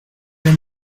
and